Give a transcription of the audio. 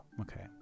okay